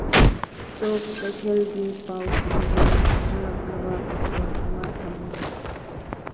stock ꯀꯩꯊꯦꯜꯒꯤ ꯄꯥꯎꯁꯤꯡꯒꯤ ꯈꯪꯍꯜꯂꯛꯅꯕ ꯃꯈꯣꯜ ꯑꯃ ꯊꯝꯃꯨ